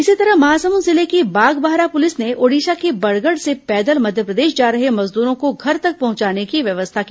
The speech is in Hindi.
इसी तरह महासमुंद जिले की बागबाहरा पुलिस ने ओड़िशा के बरगढ़ से पैदल मध्यप्रदेश जा रहे मजदूरो को घर तक पहंचाने की व्यवस्था की